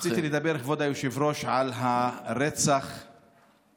רציתי לדבר, כבוד היושב-ראש, על הרצח המשולש